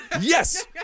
Yes